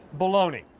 Baloney